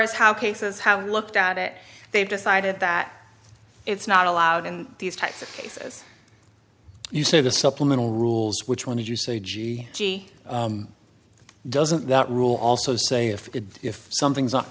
as how cases have looked at it they've decided that it's not allowed in these types of cases you say the supplemental rules which when you say gee gee doesn't that rule also say if it if something's not